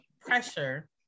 pressure